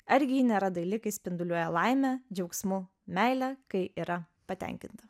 argi ji nėra daili kai spinduliuoja laime džiaugsmu meile kai yra patenkinta